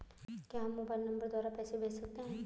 क्या हम mobile number द्वारा पैसे भेज सकते हैं?